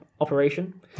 operation